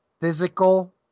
physical